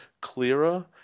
clearer